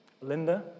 Linda